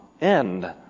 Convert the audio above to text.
end